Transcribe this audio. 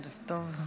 ערב טוב.